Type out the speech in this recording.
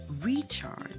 recharge